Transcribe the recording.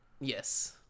Yes